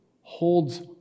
holds